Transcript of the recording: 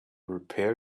repair